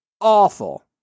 Awful